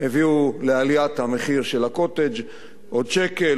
הביאו לעליית המחיר של ה"קוטג'" עוד שקל,